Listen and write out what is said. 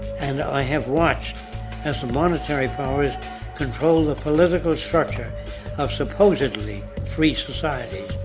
and i have watched as the monetary powers control the political structure of supposedly free societies.